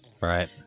Right